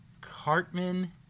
Cartman